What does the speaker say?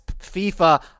FIFA